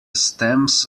stems